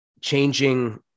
changing